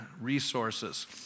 resources